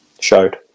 showed